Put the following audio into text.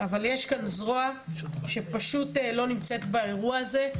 אבל יש כאן זרוע שפשוט לא נמצאת באירוע הזה.